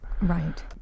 right